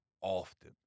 often